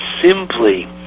simply